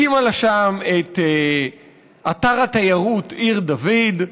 הקימה לה שם את אתר התיירות עיר דוד,